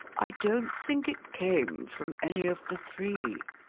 i don't think it came from any of the three.